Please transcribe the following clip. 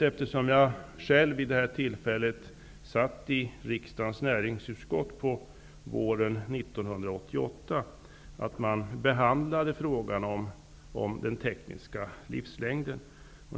Eftersom jag själv satt i riksdagens näringsutskott våren 1988 vet jag att man behandlade frågan om den tekniska livslängden.